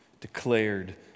declared